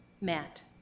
Matt